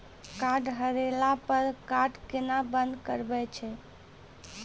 Card हेरैला पर card केना बंद करबै छै?